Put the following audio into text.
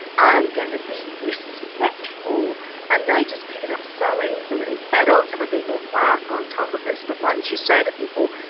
i'm going to be respectful and they just pick it up so easily, adults have a bit more plaque on top of us but once you say to people,